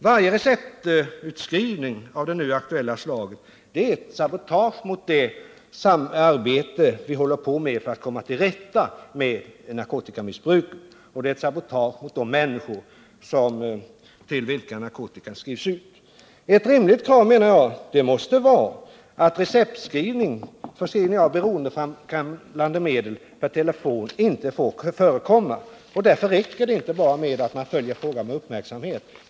Varje receptutskrivning av det nu aktuella slaget är ett sabotage mot det arbete vi håller på med för att komma till rätta med narkotikamissbruket. Det är ett sabotage mot de människor till vilka narkotikan skrivs ut. Ett rimligt krav menar jag måste vara att receptförskrivning av beroendeframkallande medel per telefon inte får förekomma. Därför räcker det inte att bara följa frågan med uppmärksamhet.